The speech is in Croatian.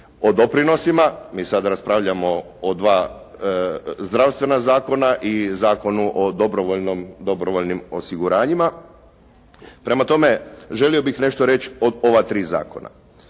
o doprinosima, mi sada raspravljamo o dva zdravstvena zakona i zakonu o dobrovoljnim osiguranjima. Prema tome, želio bih nešto reći o ova tri zakona.